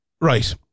Right